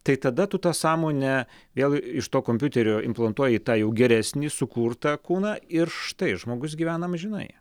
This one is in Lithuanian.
tai tada tu tą sąmonę vėl iš to kompiuterio implantuoji į tą jau geresnį sukurtą kūną ir štai žmogus gyvena amžinai